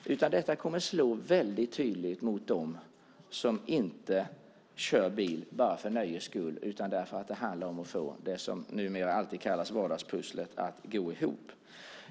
Detta kommer att slå väldigt tydligt mot dem som inte kör bil bara för nöjes skull utan därför att det handlar om att få det som numera alltid kallas för vardagspusslet att gå ihop.